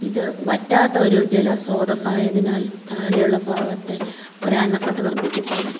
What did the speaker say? ഇത് വറ്റാത്ത ഒരു ജലസ്രോതസ്സായതിനാൽ താഴെയുള്ള ഭാഗത്ത് ഒരു അണക്കെട്ട് നിർമ്മിച്ചിട്ടുണ്ട്